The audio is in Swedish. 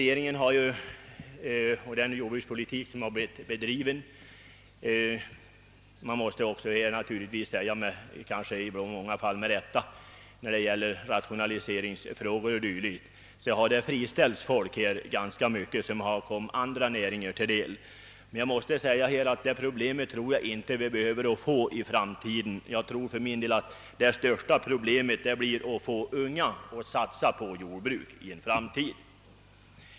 Genom den jordbrukspolitik som bedrivits har ganska mycket folk friställts och återgått till andra näringar. Det problemet tror jag inte att vi behöver stöta på i framtiden. Det största problemet blir snarare att få unga människor att satsa på jordbruket.